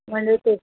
म्हणजे ते